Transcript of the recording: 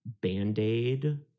Band-Aid